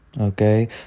Okay